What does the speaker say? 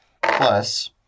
plus